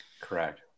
correct